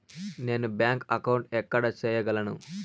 నేను bank account ఎక్కడ సేయగలను